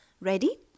Ready